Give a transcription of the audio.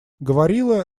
говорила